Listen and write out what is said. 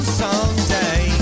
someday